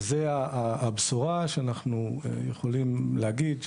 זה הבשורה שאנחנו יכולים להגיד,